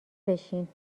بشین